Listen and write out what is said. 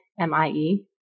M-I-E